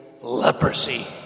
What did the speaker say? leprosy